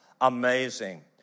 Amazing